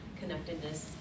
connectedness